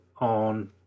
on